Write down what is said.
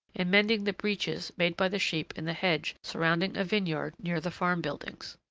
in mending the breaches made by the sheep in the hedge surrounding a vineyard near the farm buildings.